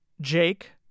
Jake